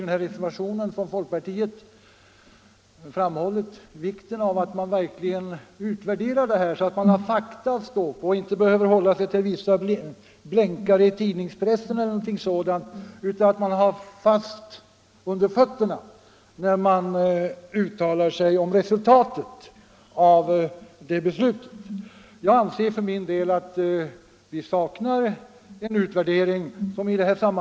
I folkpartireservationen har framhållits vikten av att man verkligen utvärderar resultaten, så att man har fakta att hålla sig till och inte behöver enbart hålla sig till ”blänkare” i tidningspressen utan har mer fast mark under fötterna, när man uttalar sig om resultaten av det fattade beslutet. Jag anser att vi saknar en ordentlig utvärdering, och jag beklagar det.